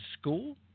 school